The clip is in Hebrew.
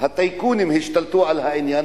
שהטייקונים השתלטו על העניין,